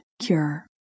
cure